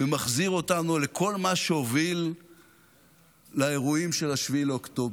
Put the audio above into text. ומחזיר אותנו לכל מה שהוביל לאירועים של 7 באוקטובר.